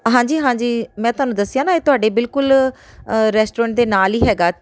ਹਾਂਜੀ ਹਾਂਜੀ ਮੈਂ ਤੁਹਾਨੂੰ ਦੱਸਿਆ ਨਾ ਇਹ ਤੁਹਾਡੇ ਬਿਲਕੁਲ ਰੈਸਟੋਰੈਂਟ ਦੇ ਨਾਲ ਹੀ ਹੈਗਾ